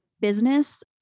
business